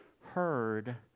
heard